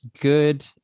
good